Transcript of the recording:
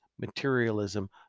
materialism